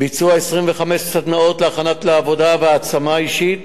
25 סדנאות להכנה לעבודה והעצמה אישית